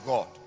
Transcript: God